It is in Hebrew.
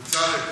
בצלאל,